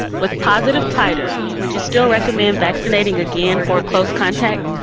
with positive titer, would you still recommend vaccinating again for a close contact?